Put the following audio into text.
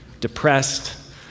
depressed